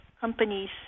companies